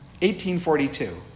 1842